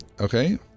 Okay